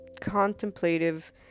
contemplative